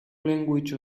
language